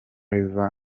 riva